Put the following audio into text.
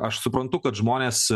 aš suprantu kad žmonės